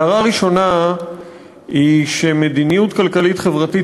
הערה ראשונה היא שהמדיניות הכלכלית-חברתית